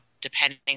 depending